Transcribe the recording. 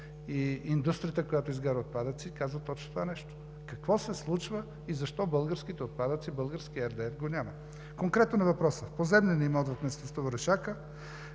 И индустрията, която изгаря отпадъци, казва точно това нещо: какво се случва и защо българските отпадъци, българския RDF го няма? Конкретно на въпроса. Поземленият имот в местността „Орешака“